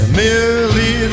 merely